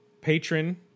patron